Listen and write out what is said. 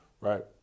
Right